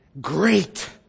great